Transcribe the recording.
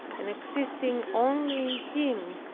and existing only in him,